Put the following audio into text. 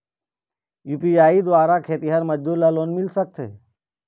UPI द्वारा खेतीहर मजदूर ला लोन मिल सकथे?